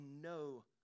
no